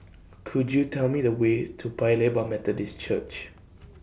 Could YOU Tell Me The Way to Paya Lebar Methodist Church